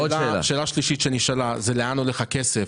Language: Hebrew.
שאלה שלישית שנשאלה היא לאן הולך הכסף.